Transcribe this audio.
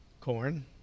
Corn